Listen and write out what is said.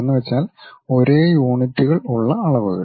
എന്നുവെച്ചാൽ ഒരേ യൂണിറ്റുകൾ ഉള്ള അളവുകൾ